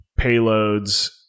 payloads